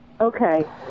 Okay